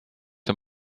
est